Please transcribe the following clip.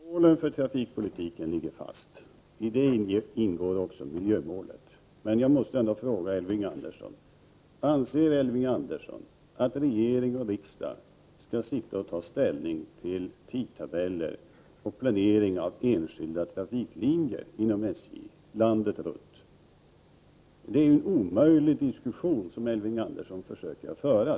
Herr talman! Målen för trafikpolitiken ligger fast. I dem ingår också miljömålet. Elving Andersson försöker föra en omöjlig diskussion.